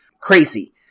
Crazy